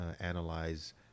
analyze